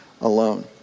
alone